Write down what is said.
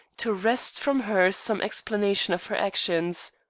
to wrest from her some explanation of her actions.